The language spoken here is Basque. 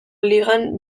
ligan